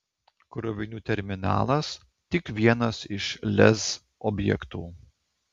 krovinių terminalas tik vienas iš lez objektų